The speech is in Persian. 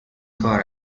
کار